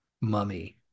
mummy